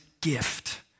gift